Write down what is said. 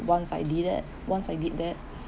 once I did that once I did that